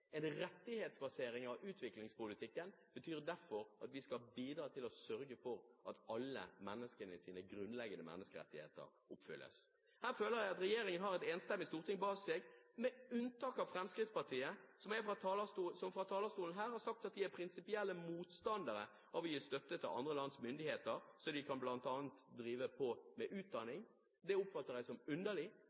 En rettighetsbasering av utviklingspolitikken betyr derfor at vi skal bidra til å sørge for at alle menneskers grunnleggende menneskerettigheter oppfylles. Her føler jeg at regjeringen har et enstemmig storting bak seg, med unntak av Fremskrittspartiet, som fra denne talerstolen har sagt at de er prinsipielle motstandere av å gi støtte til andre lands myndigheter så de kan satse bl.a. på utdanning. Det oppfatter jeg som underlig,